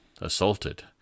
assaulted